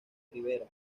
ribera